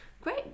Great